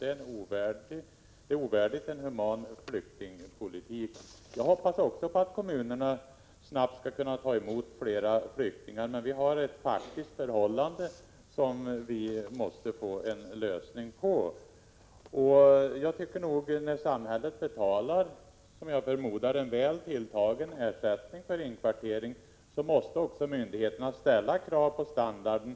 Det skulle vara ovärdigt en human flyktingpolitik. Även jag hoppas att kommunerna snabbt skall kunna ta emot fler flyktingar, men vi måste få en lösning av de faktiska problemen. När, som jag förmodar, samhället betalar en väl tilltagen ersättning för inkvartering, måste myndigheterna också ställa krav på standarden.